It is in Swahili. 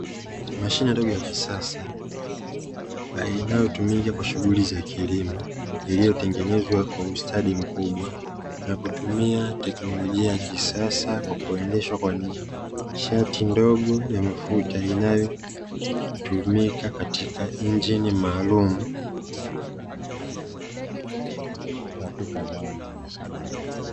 Mashine ndogo ya kisasa inayotumika kwa shuguli za kilimo iliyotengenezwa kwa ustadi mkubwa ya kutumia teknolojia ya kisasa, kwa kuendeshwa kwa nishati ndogo ya mafuta inayotumika katika injini maalumu.